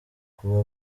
kuba